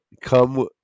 come